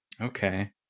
Okay